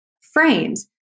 frames